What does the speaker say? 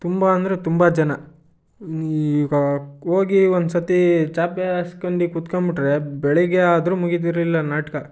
ತುಂಬ ಅಂದರೆ ತುಂಬ ಜನ ಈಗ ಹೋಗಿ ಒಂದು ಸರ್ತಿ ಚಾಪೆ ಹಾಸ್ಕಂಡಿ ಕುತ್ಕಂಬಿಟ್ರೆ ಬೆಳಿಗ್ಗೆ ಆದರೂ ಮುಗೀತಿರಲಿಲ್ಲ ನಾಟಕ